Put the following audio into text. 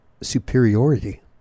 superiority